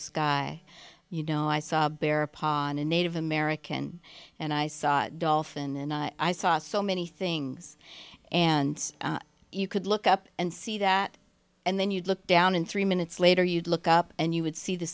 guy you know i saw bear upon a native american and i saw a dolphin and i saw so many things and you could look up and see that and then you'd look down and three minutes later you'd look up and you would see the